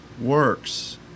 works